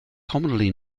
commonly